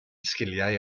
sgiliau